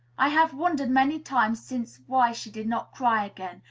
i have wondered many times since why she did not cry again,